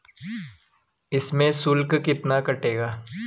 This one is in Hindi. इसमें शुल्क कितना कटेगा?